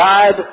God